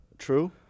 True